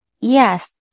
yes